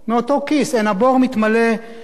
אין הבור מתמלא מחולייתו.